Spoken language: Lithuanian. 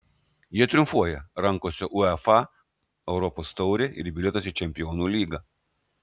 jie triumfuoja rankose uefa europos taurė ir bilietas į čempionų lygą